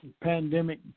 pandemic